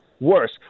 worse